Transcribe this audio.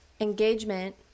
engagement